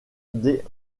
des